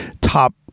top